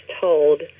told